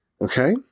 Okay